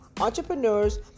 entrepreneurs